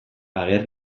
ager